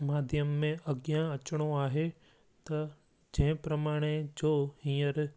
माध्यम में अॻियां अचिणो आहे त जंहिं प्रमाणे जो हींअर